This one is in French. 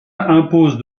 impose